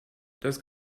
das